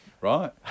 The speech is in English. Right